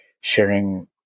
sharing